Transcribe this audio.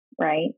right